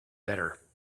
better